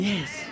Yes